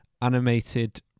animated